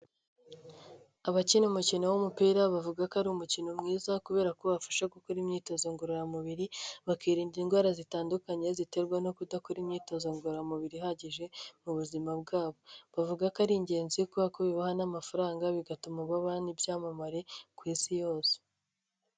Abakina umukino w'umupira bavuga ko ari umukino mwiza kubera ko ubafasha gukora imyitozo ngororamubiri, bakirinda indwara zitandukanye ziterwa no kudakora imyitozo ngororamubiri ihagije, mu buzima bwabo. Bavuga ko ari ingenzi kubera ko bibaha n'amafaranga bigatuma baba n'ibyamamare ku Isi yose.